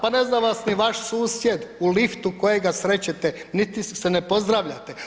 Pa ne zna vas ni vaš susjed u liftu kojega srećete, niti se ne pozdravljate.